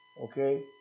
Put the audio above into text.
Okay